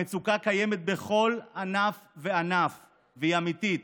המצוקה קיימת בכל ענף וענף, והיא אמיתית.